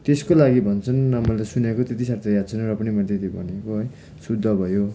त्यसको लागि भन्छन् अब मैले त सुनेको त्यत्ति साह्रो त याद छैन र पनि मैले त्यत्ति भनेको है शुद्ध भयो